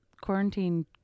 quarantine